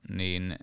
niin